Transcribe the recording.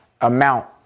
amount